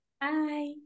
bye